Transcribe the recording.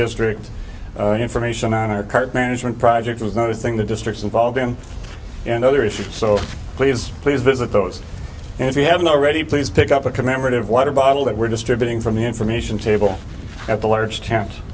district information on our current management project was noticing the districts involved in another issue so please please visit those and if you haven't already please pick up a commemorative water bottle that we're distributing from the information table at the large